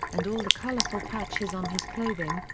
and all the colourful patches on his clothing,